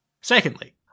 Secondly